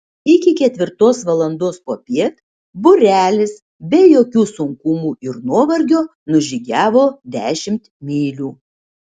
iki ketvirtos valandos popiet būrelis be jokių sunkumų ir nuovargio nužygiavo dešimt mylių